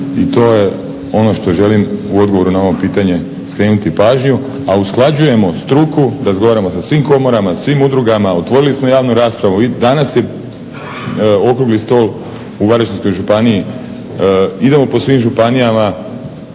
i to je ono što želim u odgovoru na ovo pitanje skrenuti pažnju, a usklađujemo struku, razgovaramo sa svim komorama, svim udrugama, otvorili smo javnu raspravu. Danas je okrugli stol u Varaždinskoj županiji, idemo po svim županijama.